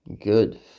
Good